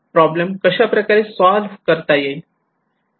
problem कशाप्रकारे solve करता येईल